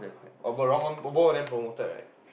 oh but wrong one but both of them promoted right